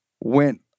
went